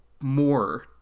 more